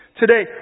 today